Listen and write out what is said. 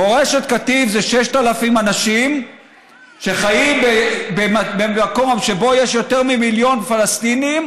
מורשת קטיף זה 6,000 אנשים שחיים במקום שבו יש יותר ממיליון פלסטינים,